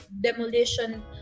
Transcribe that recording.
demolition